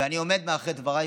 ואני עומד מאחורי דבריי,